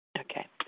Okay